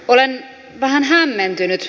olen vähän hämmentynyt